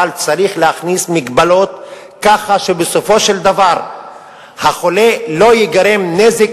אבל צריך להכניס מגבלות ככה שבסופו של דבר לא ייגרם נזק